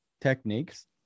techniques